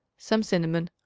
some cinnamon,